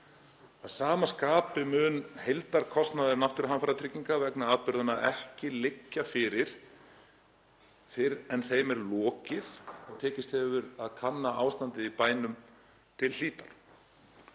Að sama skapi mun heildarkostnaður Náttúruhamfaratryggingar Íslands vegna atburðanna ekki liggja fyrir fyrr en þeim er lokið og tekist hefur að kanna ástandið í bænum til hlítar.